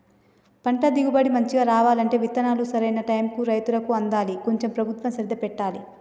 పంట దిగుబడి మంచిగా రావాలంటే విత్తనాలు సరైన టైముకు రైతులకు అందాలి కొంచెం ప్రభుత్వం శ్రద్ధ పెట్టాలె